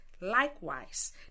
likewise